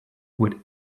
would